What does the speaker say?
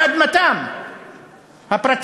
על אדמתם הפרטית,